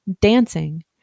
dancing